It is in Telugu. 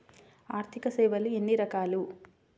ఆర్థిక సేవలు ఎన్ని రకాలు?